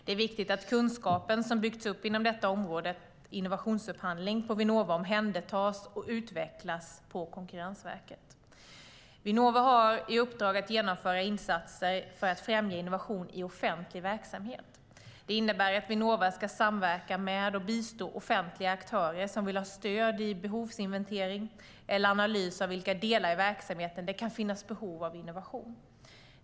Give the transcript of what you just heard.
Det är viktigt att den kunskap som byggts upp inom detta område - innovationsupphandling - på Vinnova omhändertas och utvecklas på Konkurrensverket. Vinnova har i uppdrag att genomföra insatser för att främja innovation i offentlig verksamhet. Det innebär att Vinnova ska samverka med och bistå offentliga aktörer som vill ha stöd i sin behovsinventering eller analys av inom vilka delar i verksamheten det kan finnas behov av innovation.